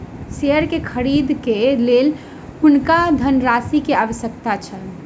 share के खरीद के लेल हुनका धनराशि के आवश्यकता छल